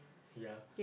ya